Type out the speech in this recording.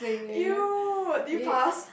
!eww! did you pass